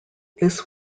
this